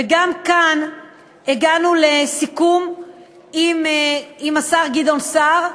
וגם כאן הגענו לסיכום עם השר גדעון סער.